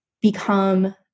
become